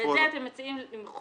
בפועל --- ואת זה מציעים למחוק,